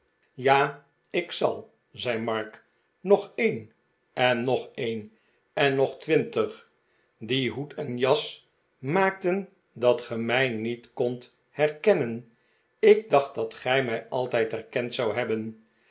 ja ik zal zei mark nog een en nog een en nog twintig die hoed en jas maakten dat ge mij niet kondt herkeniien ik dacht dat gij mij altijd herkend zoudt hebben